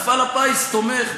מפעל הפיס תומך,